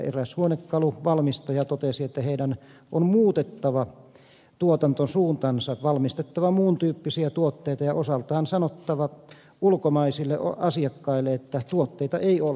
eräs huonekaluvalmistaja totesi että heidän on muutettava tuotantosuuntansa valmistettava muun tyyppisiä tuotteita ja osaltaan sanottava ulkomaisille asiakkaille että tuotteita ei ole